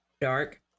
dark